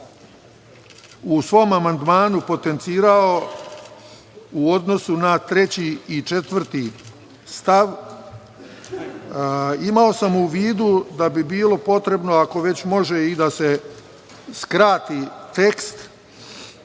u svom amandmanu potencirao u odnosu na 3. i 4. stav, imao sam u vidu da bi bilo potrebno ako već može i da se skrati tekst